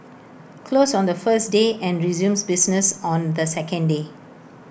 closed on the first day and resumes business on the second day